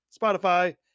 Spotify